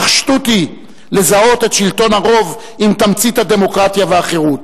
"אך שטות היא לזהות את שלטון הרוב עם תמצית הדמוקרטיה והחירות.